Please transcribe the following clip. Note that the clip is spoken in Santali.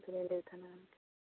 ᱮᱰᱮᱭ ᱛᱟᱦᱮᱱᱟ